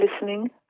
listening